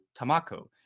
Tamako